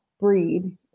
breed